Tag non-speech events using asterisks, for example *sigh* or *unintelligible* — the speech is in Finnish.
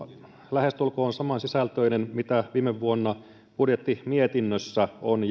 lähestulkoon samansisältöinen kuin viime vuoden budjettimietinnössä on *unintelligible*